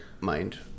mind